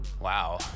Wow